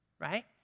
right